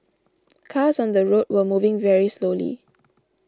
cars on the road were moving very slowly